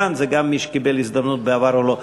כאן זה גם מי שקיבל הזדמנות בעבר או לא.